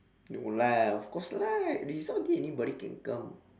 no lah of course lah result day anybody can come